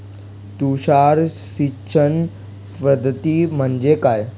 तुषार सिंचन पद्धती म्हणजे काय?